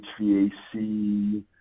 hvac